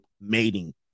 mating